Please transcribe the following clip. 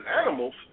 animals